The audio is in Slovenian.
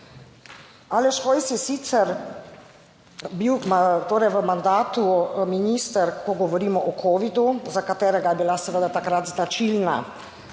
Aleš Hojs je sicer bil torej v mandatu minister, ko govorimo o covidu, za katerega je bila seveda takrat značilna